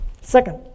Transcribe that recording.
Second